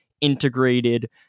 integrated